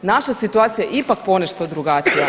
Naša situacija je ipak ponešto drugačija.